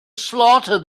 slaughter